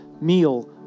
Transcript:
meal